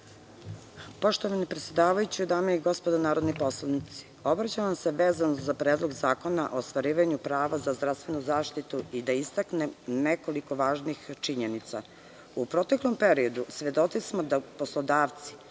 Poštovani predsedavajući, dame i gospodo narodni poslanici, obraćam vam se vezano za Predlog zakona o ostvarivanju prava za zdravstvenu zaštitu i da istaknem nekoliko važnih činjenica.U proteklom periodu, svedoci smo da poslodavci